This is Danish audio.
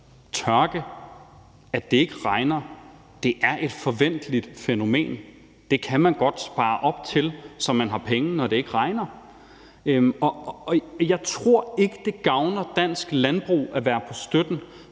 tørke, at det ikke tegner, er et forventeligt fænomen. Det kan man godt spare op til, så man har penge, når det ikke regner. Jeg tror ikke, det gavner dansk landbrug at være på støtten,